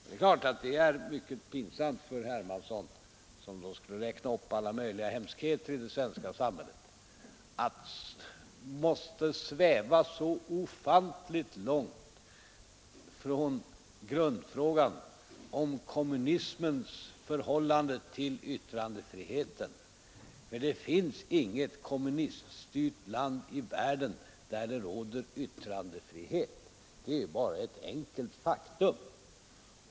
Det är givetvis mycket pinsamt för herr Hermansson, som brukar räkna upp alla möjliga hemskheter i det svenska samhället, att han är tvungen att sväva så ofantligt långt från grundfrågan om kommunismens förhållande till yttrandefriheten. Det finns ju inget kommuniststyrt land i världen där det råder yttrandefrihet. Det är bara ett enkelt faktum.